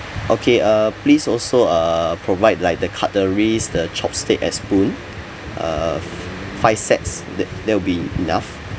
okay uh please also uh provide like the cutleries the chopstick and spoon uh f~ five sets that that will be enough